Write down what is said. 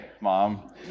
Mom